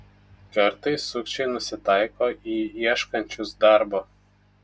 kartais sukčiai nusitaiko į ieškančius darbo